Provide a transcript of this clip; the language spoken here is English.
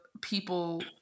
people